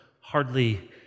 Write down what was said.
hardly